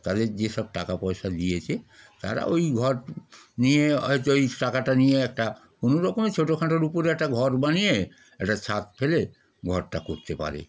তাদের যেসব টাকা পয়সা দিয়েছে তারা ওই ঘর নিয়ে হয়তো ওই টাকাটা নিয়ে একটা কোনো রকমে ছোটখাটোর উপর একটা ঘর বানিয়ে একটা ছাদ ফেলে ঘরটা করতে পারে